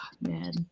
man